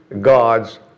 God's